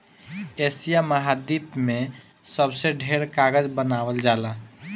Asia महाद्वीप में सबसे ढेर कागज बनावल जाला